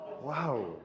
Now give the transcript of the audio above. Wow